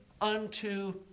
unto